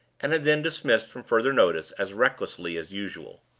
and had then dismissed from further notice as recklessly as usual.